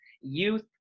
Youth